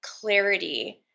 clarity